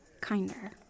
Kinder